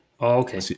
Okay